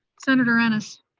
senator ennis?